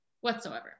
whatsoever